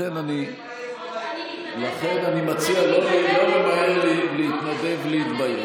לכן אני מציע לא למהר להתנדב להתבייש,